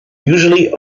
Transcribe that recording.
usually